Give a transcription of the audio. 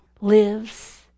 lives